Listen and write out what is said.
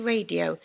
Radio